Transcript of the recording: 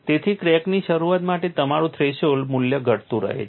તેથી ક્રેકની શરૂઆત માટે તમારું થ્રેશોલ્ડ મૂલ્ય ઘટતું રહે છે